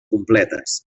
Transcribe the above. completes